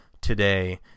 today